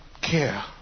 care